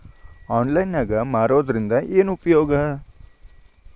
Online ನಾಗ್ ಮಾರೋದ್ರಿಂದ ಏನು ಉಪಯೋಗ?